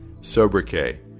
Sobriquet